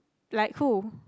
like who